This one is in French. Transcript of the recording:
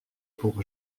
pour